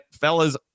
fellas